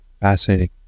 Fascinating